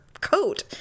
coat